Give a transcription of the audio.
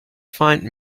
find